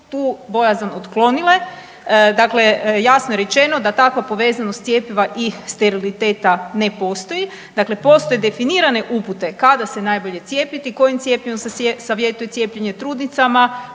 tu bojazan otklonile, dakle jasno je rečeno da takva povezanost cjepiva i steriliteta ne postoji. Dakle postoje definirane upute kada se najbolje cijepiti, kojim cjepivom se savjetuje cijepljenje trudnicama,